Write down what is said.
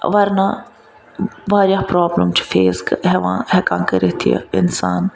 ورنہ واریاہ پرابلم چھِ فیس پیٚوان ہیٚکان کٔرِتھ یہِ اِنسان